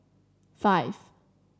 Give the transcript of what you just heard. five